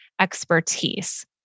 expertise